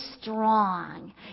strong